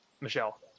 Michelle